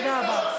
תודה רבה.